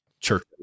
church